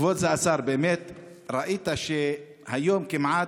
כבוד השר, באמת ראית שהיום כמעט,